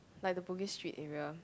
like the Bugis-Street area